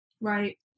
Right